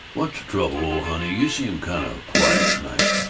what's the trouble, old honey? you seem kind of quiet to-night.